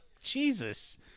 Jesus